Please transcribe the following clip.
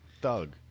thug